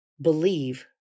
believe